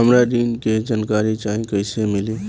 हमरा ऋण के जानकारी चाही कइसे मिली?